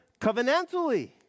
covenantally